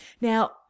now